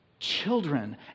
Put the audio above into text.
Children